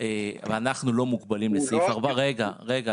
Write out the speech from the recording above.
ואנחנו לא מוגבלים לסעיף 14. אנחנו